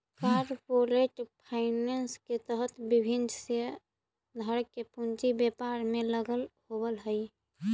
corporate finance के तहत विभिन्न शेयरधारक के पूंजी व्यापार में लगल होवऽ हइ